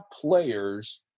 players